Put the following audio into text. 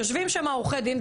יושבים שם עורכי דין,